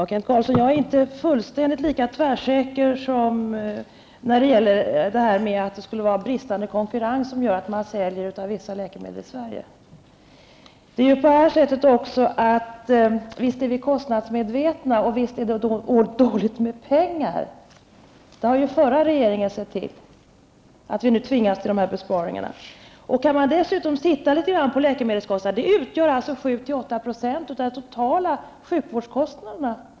Herr talman! Jag är inte lika tvärsäker som Kent Carlsson om att det skulle vara bristande konkurrens som är orsaken till att man säljer av vissa läkemedel i Sverige. Visst är vi kostnadsmedvetna och visst är det ont om pengar, men det är den förra regeringen som har sett till att vi nu tvingas till dessa besparingar. Läkemedelskostnaderna utgör 7--8 % av de totala sjukvårdskostnaderna.